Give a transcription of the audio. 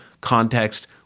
context